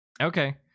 Okay